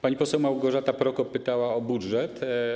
Pani poseł Małgorzata Prokop pytała o budżet.